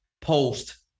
post